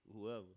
whoever